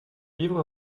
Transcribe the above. livre